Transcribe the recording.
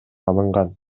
алынган